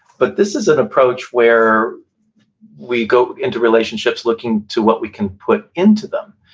but this is an approach where we go into relationships looking to what we can put into them,